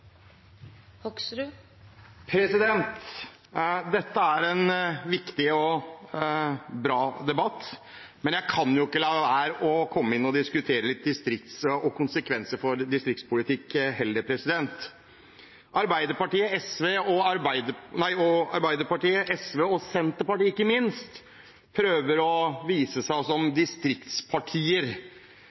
en viktig og bra debatt, men jeg kan ikke la være å komme inn og diskutere distrikt og konsekvenser for distriktspolitikk. Arbeiderpartiet, SV og ikke minst Senterpartiet prøver å vise seg som distriktspartier.